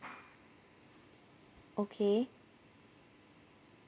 okay